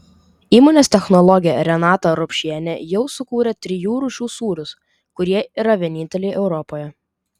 įmonės technologė renata rupšienė jau sukūrė trijų rūšių sūrius kurie yra vieninteliai europoje